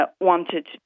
wanted